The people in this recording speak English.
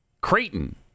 Creighton